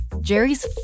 Jerry's